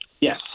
Yes